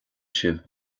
sibh